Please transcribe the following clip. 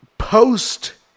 Post